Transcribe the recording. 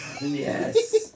Yes